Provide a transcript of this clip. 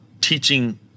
teaching